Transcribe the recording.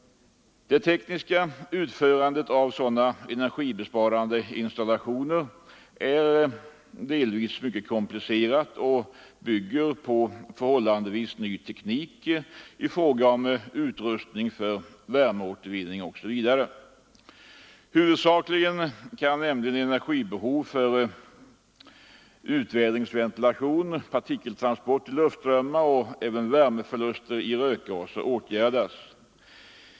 Det tekniska utförandet av sådana energibesparande installationer är delvis komplicerat och bygger på förhållandevis ny teknik i fråga om utrustning för värmeåtervinning osv. Huvudsakligen kan nämligen energibehov för utvädringsventilation, partikeltransport i luftströmmar och värmeförluster i rökgaser åtgärdas.